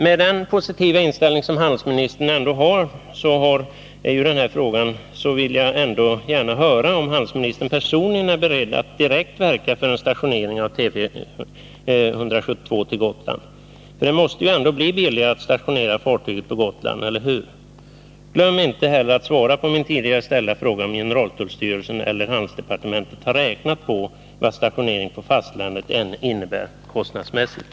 Med den positiva inställning som handelsministern ändå har i den här frågan vill jag gärna höra om handelsministern personligen är beredd att direkt verka för en stationering av Tv 172 på Gotland. Det måste ju ändå bli billigare att stationera fartyget på Gotland — eller hur? Glöm inte heller att svara på min tidigare ställda fråga, om generaltullstyrelsen eller handelsdepartementet har räknat på vad en stationering på fastlandet innebär kostnadsmässigt.